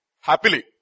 Happily